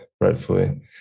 rightfully